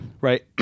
Right